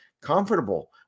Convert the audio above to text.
comfortable